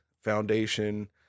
foundation